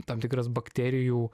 tam tikras bakterijų